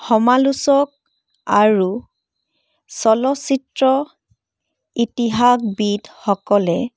সমালোচক আৰু চলচ্চিত্ৰ ইতিহাসবিদসকলে